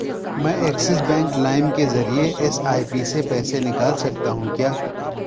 میں Axis Bank Lime کے ذریعے ایس آئی پی سے پیسے نکال سکتا ہوں کیا